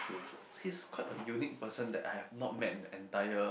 he is quite a unique person that I have not met in the entire